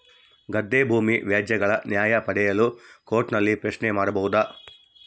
ಗದ್ದೆ ಭೂಮಿ ವ್ಯಾಜ್ಯಗಳ ನ್ಯಾಯ ಪಡೆಯಲು ಕೋರ್ಟ್ ನಲ್ಲಿ ಪ್ರಶ್ನೆ ಮಾಡಬಹುದಾ?